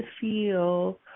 feel